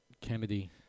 Kennedy